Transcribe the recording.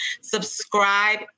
subscribe